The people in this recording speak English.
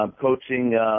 coaching